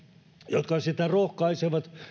jotka sitä rohkaisevat